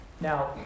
Now